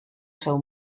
seu